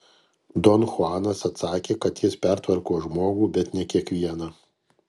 don chuanas atsakė kad jis pertvarko žmogų bet ne kiekvieną